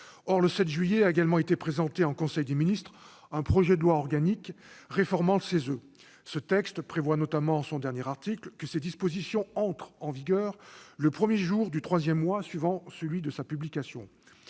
Or, le 7 juillet dernier a été présenté en conseil des ministres un projet de loi organique réformant le CESE. Ce texte prévoit notamment, en son dernier article, que ses dispositions entrent en vigueur le premier jour du troisième mois suivant celui de sa publication.